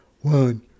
one